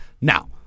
Now